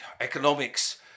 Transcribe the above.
economics